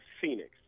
Phoenix